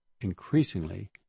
increasingly